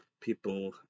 people